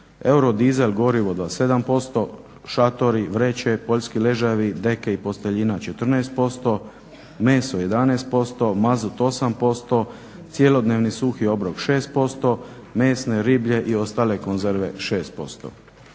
eurodizel gorivo 27%, šatori, vreće, poljski ležajevi, deke i posteljina 14%, meso 11%, mazut 8%, cjelodnevni suhi obrok 6%, mesne, riblje i ostale konzerve 6%.